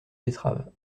betteraves